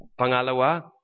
Pangalawa